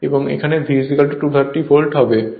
এবং এখানে V 230 volt হবে